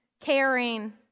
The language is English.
caring